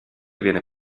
viene